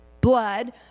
Blood